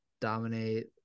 dominate